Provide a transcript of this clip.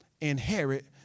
inherit